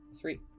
Three